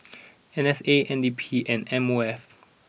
N A S N D P and M O F